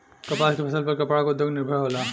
कपास के फसल पर कपड़ा के उद्योग निर्भर होला